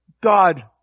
God